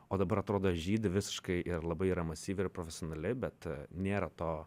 o dabar atrodo žydi visiškai ir labai yra masyvi ir profesionali bet nėra to